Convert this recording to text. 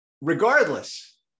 Regardless